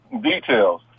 details